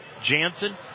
Jansen